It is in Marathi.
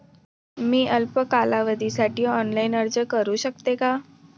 मी अल्प कालावधीसाठी ऑनलाइन अर्ज करू शकते का?